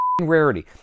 rarity